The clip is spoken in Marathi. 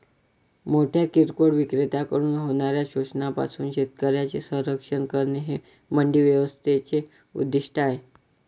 मोठ्या किरकोळ विक्रेत्यांकडून होणाऱ्या शोषणापासून शेतकऱ्यांचे संरक्षण करणे हे मंडी व्यवस्थेचे उद्दिष्ट आहे